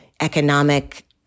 economic